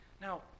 Now